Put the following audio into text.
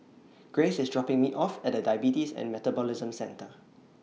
Grace IS dropping Me off At Diabetes and Metabolism Centre